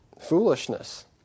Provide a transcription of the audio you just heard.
foolishness